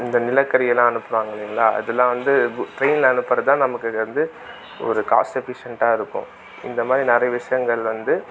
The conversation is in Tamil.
இந்த நிலக்கரி எல்லாம் அனுப்புகிறாங்க இல்லேங்களா அதெலாம் வந்து ட்ரெயின்ல அனுப்புகிறதான் நமக்கு இது வந்து ஒரு காஸ்ட் எஃபிஷியெண்ட்டாக இருக்கும் இந்த மாதிரி நிறைய விஷயங்கள் வந்து